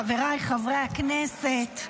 חבריי חברי הכנסת,